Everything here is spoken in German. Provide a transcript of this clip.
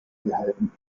gehalten